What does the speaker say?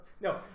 No